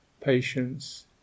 patience